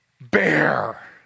bear